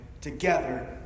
together